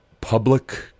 public